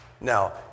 Now